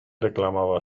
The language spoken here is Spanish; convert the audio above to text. reclamaba